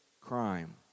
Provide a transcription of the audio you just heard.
crime